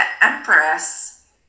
empress